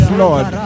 lord